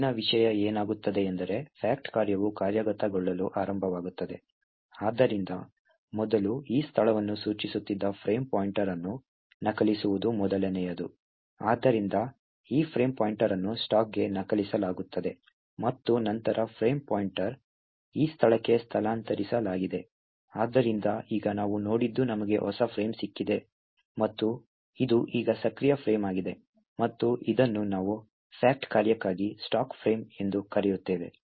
ಮುಂದಿನ ವಿಷಯ ಏನಾಗುತ್ತದೆ ಎಂದರೆ fact ಕಾರ್ಯವು ಕಾರ್ಯಗತಗೊಳ್ಳಲು ಆರಂಭವಾಗುತ್ತದೆ ಆದ್ದರಿಂದ ಮೊದಲು ಈ ಸ್ಥಳವನ್ನು ಸೂಚಿಸುತ್ತಿದ್ದ ಫ್ರೇಮ್ ಪಾಯಿಂಟರ್ ಅನ್ನು ನಕಲಿಸುವುದು ಮೊದಲನೆಯದು ಆದ್ದರಿಂದ ಈ ಫ್ರೇಮ್ ಪಾಯಿಂಟರ್ ಅನ್ನು ಸ್ಟಾಕ್ಗೆ ನಕಲಿಸಲಾಗುತ್ತದೆ ಮತ್ತು ನಂತರ ಫ್ರೇಮ್ ಪಾಯಿಂಟರ್ ಈ ಸ್ಥಳಕ್ಕೆ ಸ್ಥಳಾಂತರಿಸಲಾಗಿದೆ ಆದ್ದರಿಂದ ಈಗ ನಾವು ನೋಡಿದ್ದು ನಮಗೆ ಹೊಸ ಫ್ರೇಮ್ ಸಿಕ್ಕಿದೆ ಮತ್ತು ಇದು ಈಗ ಸಕ್ರಿಯ ಫ್ರೇಮ್ ಆಗಿದೆ ಮತ್ತು ಇದನ್ನು ನಾವು fact ಕಾರ್ಯಕ್ಕಾಗಿ ಸ್ಟಾಕ್ ಫ್ರೇಮ್ ಎಂದು ಕರೆಯುತ್ತೇವೆ